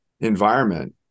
environment